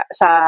sa